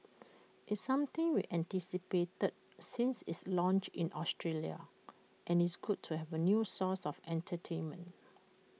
it's something we anticipated since is launched in Australia and it's good to have A new source of entertainment